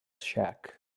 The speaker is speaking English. shack